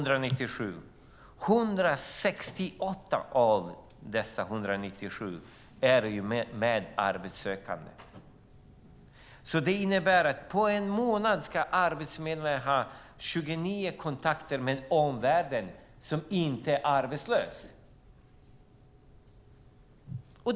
168 av dessa 197 är med arbetssökande. Det innebär att på en månad ska arbetsförmedlaren ha 29 kontakter med omvärlden som inte är någon arbetslös.